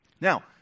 now